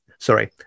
sorry